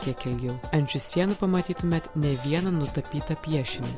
kiek ilgiau ant šių sienų pamatytumėt ne vieną nutapytą piešinį